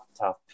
tough